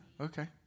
okay